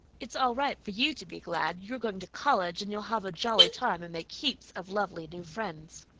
it's all right for you to be glad. you're going to college and you'll have a jolly time and make heaps of lovely new friends.